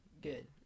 good